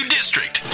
District